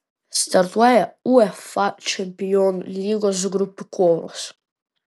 startuoja uefa čempionų lygos grupių kovos